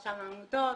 רשם העמותות,